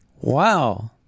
Wow